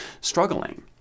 struggling